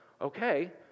okay